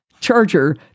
charger